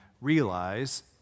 realize